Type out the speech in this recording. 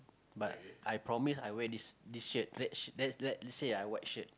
but I promise I wear this this shirt red let let's say I white shirt